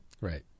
Right